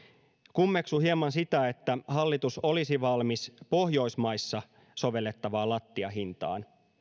kummeksun hieman sitä että hallitus olisi valmis pohjoismaissa sovellettavaan lattiahintaan